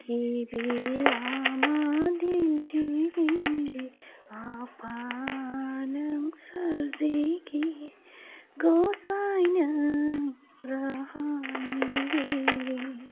गिबि लामा दिन्थिगिरि आफा नों सोरजिगिरि गसाइ नों राहानि गिरि